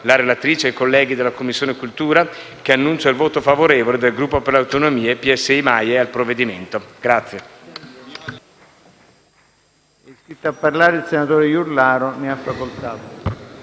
la relatrice e i colleghi della Commissione cultura, che dichiaro il voto favorevole del Gruppo per le Autonomie-PSI-MAIE al provvedimento.